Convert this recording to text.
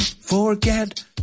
Forget